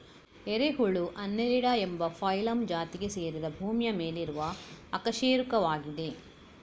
ಎರೆಹುಳು ಅನ್ನೆಲಿಡಾ ಎಂಬ ಫೈಲಮ್ ಜಾತಿಗೆ ಸೇರಿದ ಭೂಮಿಯ ಮೇಲಿರುವ ಅಕಶೇರುಕವಾಗಿದೆ